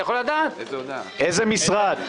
איזה משרד?